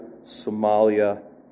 Somalia